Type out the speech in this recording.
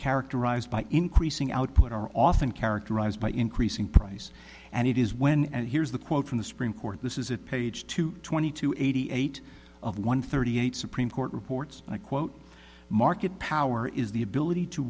characterized by increasing output are often characterized by increasing price and it is when and here's the quote from the supreme court this is it page two twenty two eighty eight of one thirty eight supreme court reports and i quote market power is the ability to